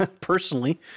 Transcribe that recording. personally